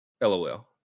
LOL